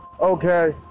Okay